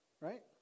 Right